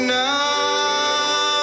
now